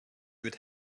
would